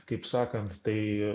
kaip sakant tai